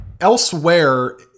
Elsewhere